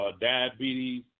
diabetes